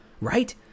right